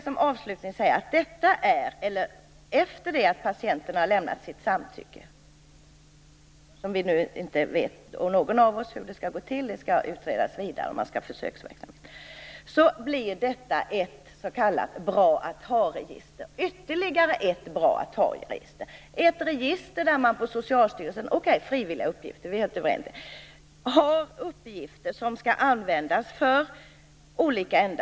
Som avslutning vill jag säga att efter det att patienten har lämnat sitt samtycke - och vi vet inte hur det skall gå till, det skall utredas vidare, och man skall ha försöksverksamhet - blir detta ytterligare ett s.k. bra-att-ha-register. Det blir ett register där Socialstyrelsen har uppgifter - frivilliga uppgifter, okej, det är vi överens om - som skall användas för olika ändamål.